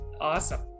awesome